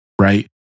right